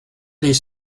des